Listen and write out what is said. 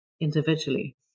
individually